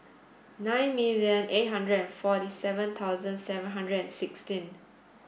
nine million eight hundred and forty seven thousand seven hundred and sixteen